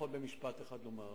אני יכול במשפט אחד לומר: